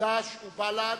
חד"ש ובל"ד,